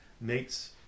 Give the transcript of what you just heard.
makes